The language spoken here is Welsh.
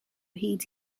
hyd